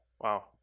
wow